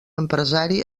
empresari